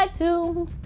iTunes